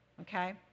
Okay